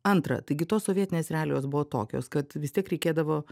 antra taigi tos sovietinės realijos buvo tokios kad vis tiek reikėdavo